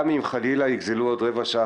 גם אם חלילה נושאים אלו יגזלו רבע שעה,